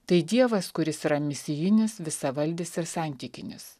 tai dievas kuris yra misijinis visavaldis ir santykinis